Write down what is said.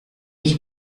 ich